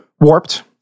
warped